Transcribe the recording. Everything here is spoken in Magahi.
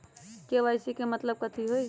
के.वाई.सी के मतलब कथी होई?